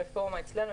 הרפורמה לא מתקדמת,